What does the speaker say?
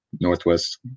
Northwest